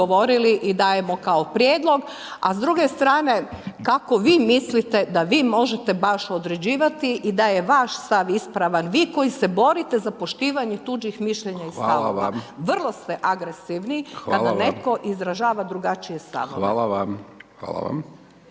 i dajemo kao prijedlog, a s druge strane kako vi mislite da vi možete baš određivati i da je vaš stav ispravan, vi koji se borite za poštivanje tuđih mišljenja i stavova…/Upadica: Hvala vam/…vrlo ste agresivni …/Upadica: Hvala vam/…kada netko izražava drugačije stavove. **Hajdaš